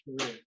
career